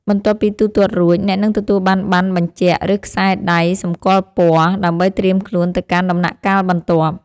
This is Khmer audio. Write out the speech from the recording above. បន្ទាប់ពីទូទាត់រួច អ្នកនឹងទទួលបានប័ណ្ណបញ្ជាក់ ឬខ្សែដៃសម្គាល់ពណ៌ ដើម្បីត្រៀមខ្លួនទៅកាន់ដំណាក់កាលបន្ទាប់។